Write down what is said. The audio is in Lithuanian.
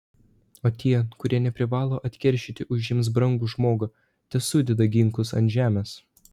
o tie kurie neprivalo atkeršyti už jiems brangų žmogų tesudeda ginklus ant žemės